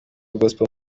gospel